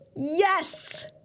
Yes